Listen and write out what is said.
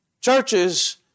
churches